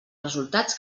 resultats